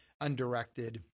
undirected